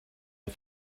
ein